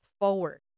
forward